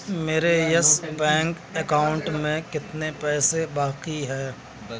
میرے Yes Bank account میں کتنے پیسے باقی ہیں